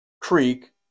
creek